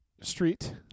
street